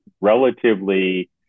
relatively